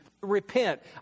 repent